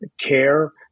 care